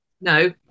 No